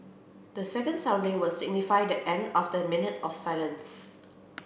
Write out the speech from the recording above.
the second sounding will signify the end of the minute of silence